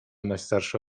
najstarsza